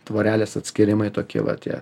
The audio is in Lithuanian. tvorelės atskyrimai tokie va tie